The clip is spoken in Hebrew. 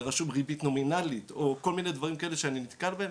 ורשום ריבית נומינלית או כל מיני דברים כאלה שאני נתקל בהם,